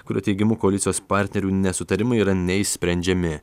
kurio teigimu koalicijos partnerių nesutarimai yra neišsprendžiami